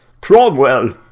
Cromwell